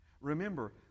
Remember